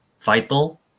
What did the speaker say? Vital